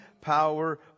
power